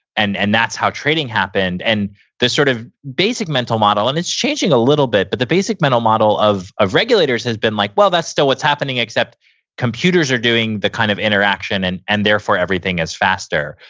and and that's how trading happened and this sort of basic mental model, and it's changing a little bit. but the basic mental model of of regulators has been like, well, that's still what's happening except computers are doing the kind of interaction, and and therefore, everything is faster.